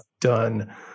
done